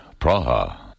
Praha